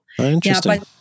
Interesting